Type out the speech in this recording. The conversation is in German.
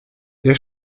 der